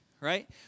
right